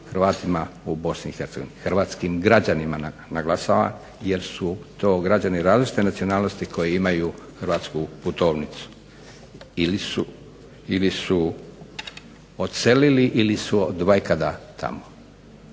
Hrvatskim građanima naglašavam jer su to građani različite nacionalnosti koji imaju hrvatsku putovnicu ili su odselili ili su odvajkada tamo.